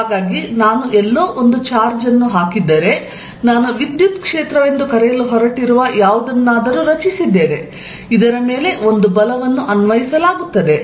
ಹಾಗಾಗಿ ನಾನು ಎಲ್ಲೋ ಒಂದು ಚಾರ್ಜ್ ಅನ್ನು ಹಾಕಿದರೆ ನಾನು ವಿದ್ಯುತ್ ಕ್ಷೇತ್ರವೆಂದು ಕರೆಯಲು ಹೊರಟಿರುವ ಯಾವುದನ್ನಾದರೂ ನಾನು ರಚಿಸಿದ್ದೇನೆ ಇದರ ಮೇಲೆ ಒಂದು ಬಲವನ್ನು ಅನ್ವಯಿಸಲಾಗುತ್ತದೆ